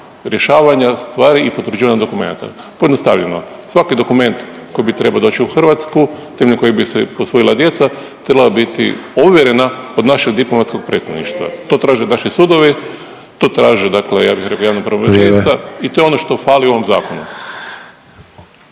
rješavanja stvari i potvrđivanja dokumenata. Pojednostavimo, svaki dokument koji bi trebao doć u Hrvatsku temeljem kojeg bi se posvojila djeca trebala biti ovjerena od našeg diplomatskog predstavništava, to traže naši sudovi, to traže dakle ja bih rekao javna pravobraniteljica…/Upadica Sanader: Vrijeme/…i to je ono što fali u ovom zakonu.